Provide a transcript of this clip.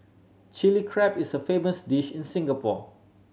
Chilli Crab is a famous dish in Singapore